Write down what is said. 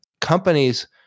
companies –